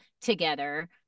together